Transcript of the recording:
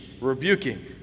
rebuking